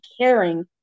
caring